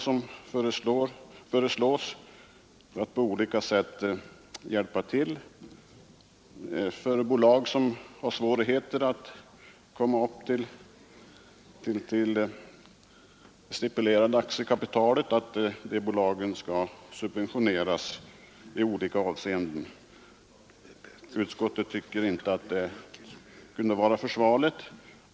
Det gäller att man på olika sätt skall hjälpa de bolag som har svårighet att komma upp till stipulerat aktiekapital och därför bör subventioneras i olika avseenden. Utskottet tycker inte att detta vore försvarligt.